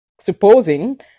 supposing